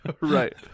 right